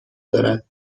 دارد